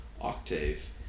octave